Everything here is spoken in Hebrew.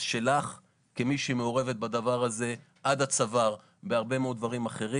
שלך כמי שמעורבת בדבר הזה עד הצוואר בהרבה מאוד דברים אחרים.